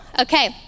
Okay